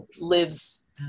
lives